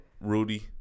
Rudy